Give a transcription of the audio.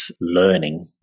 learning